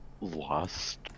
lost